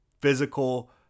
physical